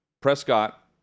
Prescott